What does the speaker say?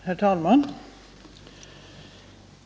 Herr talman!